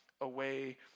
away